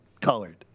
colored